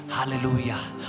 Hallelujah